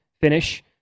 finish